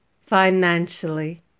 financially